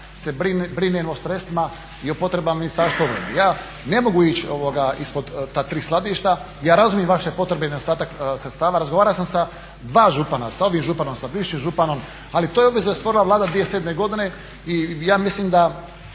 se brinem o sredstvima i o potrebama Ministarstva obrane. Ja ne mogu ići ispod ta tri skladišta. Ja razumijem vaše potrebe i nedostatak sredstava. Razgovarao sam sa dva župana, sa ovim županom, sa bivšim županom ali to je obveza …/Govornik se ne razumije./… 2007. godine i ja mislim da